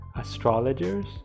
Astrologers